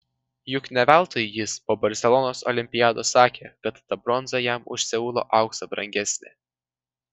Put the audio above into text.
juk ne veltui jis po barselonos olimpiados sakė kad ta bronza jam už seulo auksą brangesnė